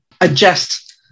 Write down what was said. adjust